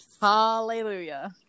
Hallelujah